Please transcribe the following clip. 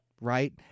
right